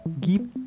give